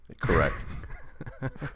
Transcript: Correct